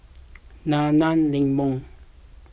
Nana Lemon